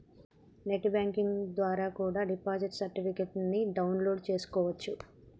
net banking ద్వారా కూడా deposit certificates ని డౌన్ లోడ్ చేస్కోవచ్చు